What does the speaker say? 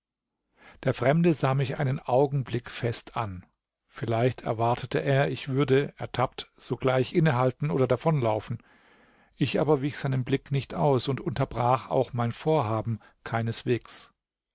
der fremde sah mich einen augenblick fest an vielleicht erwartete er ich würde ertappt sogleich innehalten oder davonlaufen ich aber wich seinem blick nicht aus und unterbrach auch mein vorhaben keineswegs